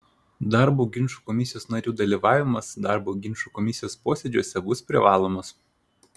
darbo ginčų komisijos narių dalyvavimas darbo ginčų komisijos posėdžiuose bus privalomas